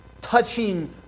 Touching